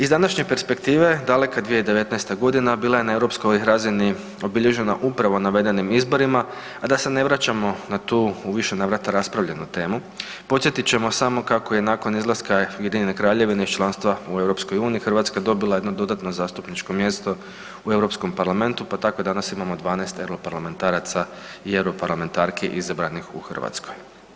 Iz današnje perspektive, daleka 2019. g. bila je na europskoj razini obilježena upravo navedenim izborima a da se ne vraćamo na tu u više navrata raspravljenu temu, podsjetit ćemo samo kako je nakon izlaska UK-a iz članstva u EU-u, Hrvatska dobila jedno dodatno zastupničko mjesto u Europskom parlamentu pa tako danas imamo 12 europarlamentaraca i europarlamentarki izabranih u Hrvatskoj.